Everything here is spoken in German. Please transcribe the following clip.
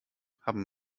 haben